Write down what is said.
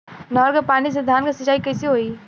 नहर क पानी से धान क सिंचाई कईसे होई?